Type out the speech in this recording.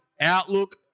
Outlook